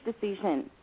decision